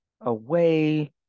away